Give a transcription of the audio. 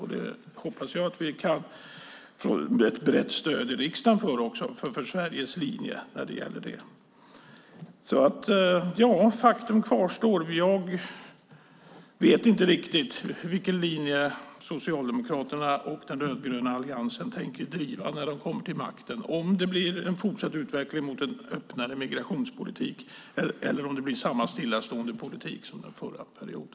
Jag hoppas att vi kan få ett brett stöd i riksdagen för Sveriges linje när det gäller det. Faktum kvarstår alltså. Jag vet inte riktigt vilken linje Socialdemokraterna och den rödgröna alliansen tänker driva när de kommer till makten. Blir det en fortsatt utveckling mot en öppnare migrationspolitik, eller blir det samma stillastående politik som under den förra perioden?